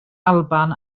alban